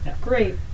Great